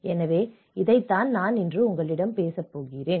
எனவே இதைத்தான் நான் பேசப்போகிறேன்